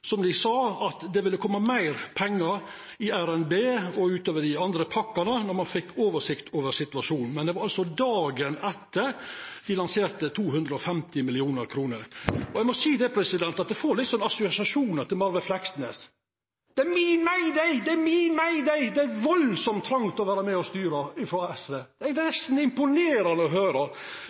som dei sa at det ville koma meir pengar i revidert nasjonalbudsjett og i dei andre pakkane når ein fekk oversikt over situasjonen. Men det var altså dagen etter dei lanserte 250 mill. kr. Eg må seia at eg får litt assosiasjonar til Marve Fleksnes: Det er min mayday! Det er min mayday! Det er ein veldig trong til å vera med og styra i SV. Det er nesten imponerande å